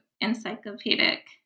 encyclopedic